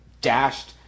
dashed